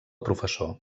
professor